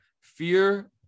fear